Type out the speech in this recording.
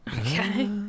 Okay